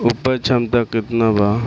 उपज क्षमता केतना वा?